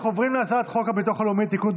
אנחנו עוברים להצעת חוק הביטוח הלאומי (תיקון,